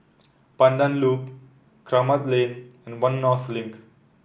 Pandan Loop Kramat Lane and One North Link